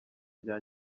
rya